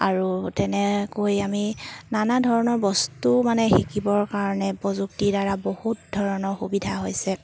আৰু তেনেকৈ আমি নানা ধৰণৰ বস্তু মানে শিকিবৰ কাৰণে প্ৰযুক্তিৰ দ্বাৰা বহুত ধৰণৰ সুবিধা হৈছে